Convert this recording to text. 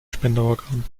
spenderorgan